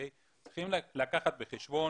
צריכים לקחת בחשבון